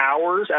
hours